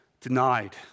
denied